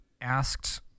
asked